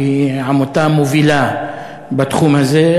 שהיא עמותה מובילה בתחום הזה.